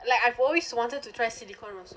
like I've always wanted to try silicone also